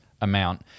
amount